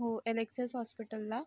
हो ॲलेक्सियस हॉस्पिटलला